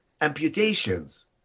amputations